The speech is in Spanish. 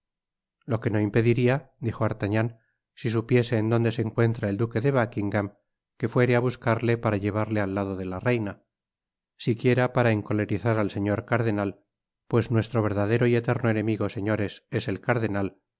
lo que no impediria dijo d'artagnan si supiese en donde se encuentra el duque de buckingam que fuere á buscarle para llevarle al lado de la reina si quiera para encolerizar al señor cardenal pues nuestro verdadero y eterno enemigo señores es el cardenal